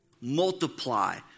multiply